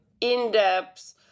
in-depth